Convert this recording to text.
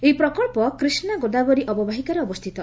ଏହି ପ୍ରକଳ୍ପ କ୍ରିଷ୍ଣା ଗୋଦାବରୀ ଅବବାହିକାରେ ଅବସ୍ଥିତ